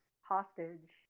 hostage